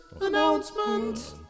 Announcement